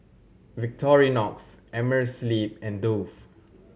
Victorinox Amerisleep and Dove